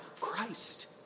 Christ